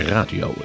Radio